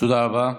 תודה רבה.